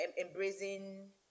Embracing